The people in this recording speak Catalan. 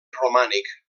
romànic